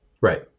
Right